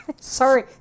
Sorry